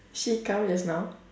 she come just now